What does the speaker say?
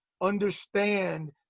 Understand